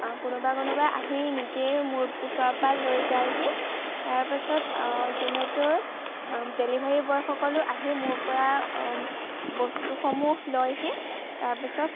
কোনোবা কোনোবা আহি নিজেই মোৰ ওচৰৰ পৰা লৈ যায়হি তাৰপাছত জমেট'ৰ ডেলিভাৰী বয়সকলো আহি মোৰ পৰা বস্তুসমূহ লয়হি তাৰ পাছত